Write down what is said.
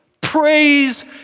praise